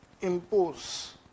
impose